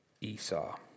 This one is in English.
Esau